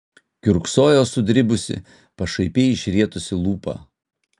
kiurksojo sudribusi pašaipiai išrietusi lūpą